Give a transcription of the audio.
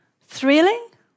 thrilling